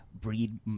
breed